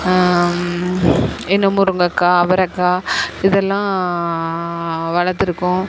இன்னும் முருங்கக்காய் அவரைக்காய் இதெல்லாம் வளர்த்துருக்கோம்